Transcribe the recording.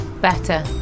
Better